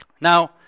Now